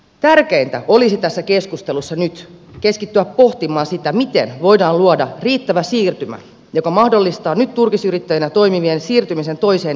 tärkeintä olisi tässä keskustelussa nyt keskittyä pohtimaan sitä miten voidaan luoda riittävä siirtymä joka mahdollistaa nyt turkisyrittäjinä toimivien siirtymisen toiseen elinkeinoon